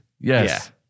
Yes